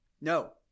No